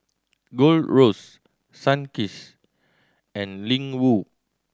Gold Roast Sunkist and Ling Wu